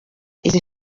izi